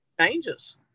changes